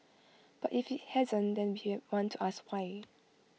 but if IT hasn't then we want to ask why